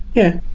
yeah.